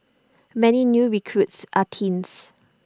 many new recruits are teens